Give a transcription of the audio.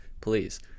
Please